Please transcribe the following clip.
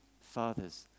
fathers